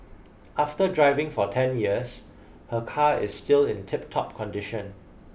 after driving for ten years her car is still in tiptop condition